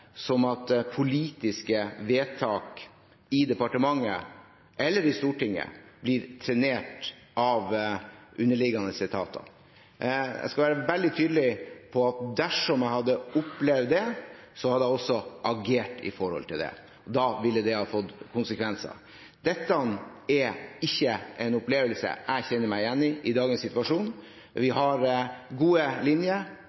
måte at politiske vedtak i departementet, eller i Stortinget, blir trenert av underliggende etater. Jeg skal være veldig tydelig på at dersom jeg hadde opplevd det, hadde jeg også agert. Da ville det ha fått konsekvenser. Dette er ikke noe jeg kjenner meg igjen i, i dagens situasjon. Vi har gode linjer,